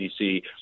cdc